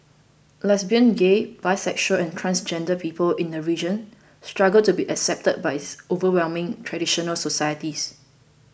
lesbian gay bisexual and transgender people in the region struggle to be accepted by its overwhelming traditional societies